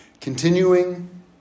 Continuing